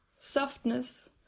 softness